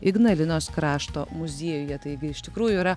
ignalinos krašto muziejuje taigi iš tikrųjų yra